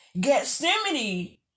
Gethsemane